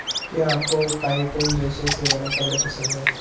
क्या आपको काइटिन रेशे से बने कपड़े पसंद है